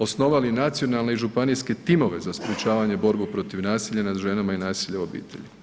Osnovali nacionalne i županijske timove za sprječavanje borbe protiv nasilja nad ženama i nasilja u obitelji.